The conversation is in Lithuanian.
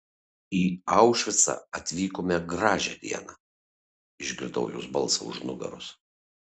į aušvicą atvykome gražią dieną išgirdau jos balsą už nugaros